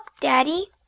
Daddy